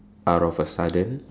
out of a sudden